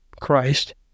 Christ